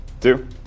two